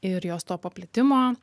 ir jos to paplitimo